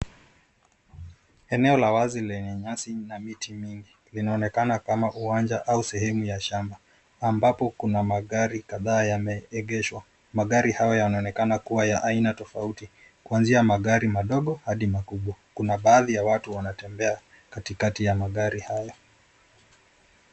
Eneo la wazi lenye nyasi na miti mingi. inaonekana kama uwanja au sehemu ya shamba, ambapo kuna magari kadhaa yameegeshwa. Magari hayo yanaonekana kuwa na aina tofauti. Kwanzia madogo hadi makubwa, kuna baadhi ya watu wanaotembea katikati ya magari hayo.